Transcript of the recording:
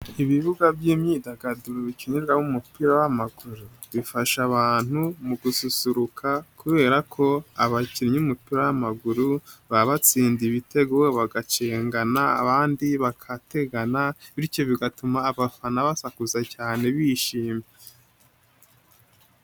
Ibibuga by'imyidagaduro bakiniraho umupira w'amaguru, bifasha abantu mu gususuruka kubera ko abakinnyi b'umupira w'amaguru baba batsinda ibitego, bagacengana abandi bagategana bityo bigatuma abafana basakuza cyane bishimye.